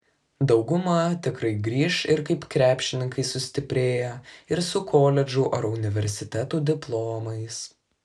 dauguma tikrai grįš ir kaip krepšininkai sustiprėję ir su koledžų ar universitetų diplomais